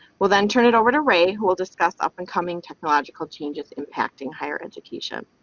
we'll then turn it over to ray who will discuss up-and-coming technological changes impacting higher education.